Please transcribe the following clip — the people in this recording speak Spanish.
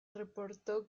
reportó